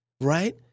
Right